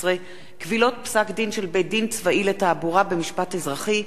15) (קבילות פסק-דין של בית-דין צבאי לתעבורה במשפט אזרחי),